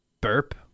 burp